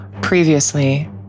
Previously